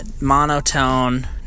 monotone